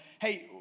hey